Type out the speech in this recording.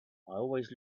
always